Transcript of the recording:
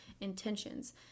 intentions